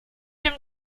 dem